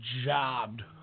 jobbed